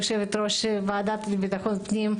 יושבת-ראש ועדת ביטחון פנים,